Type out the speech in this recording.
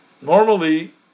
normally